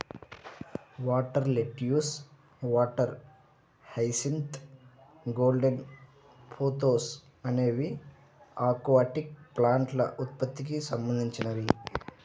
water lettuce, water hyacinth, golden pothos అనేవి aquatic ప్లాంట్ల ఉత్పత్తికి సంబంధించినవి